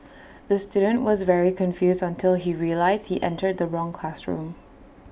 the student was very confused until he realised he entered the wrong classroom